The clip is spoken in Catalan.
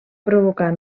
provocar